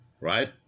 right